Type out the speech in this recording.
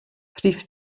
rhif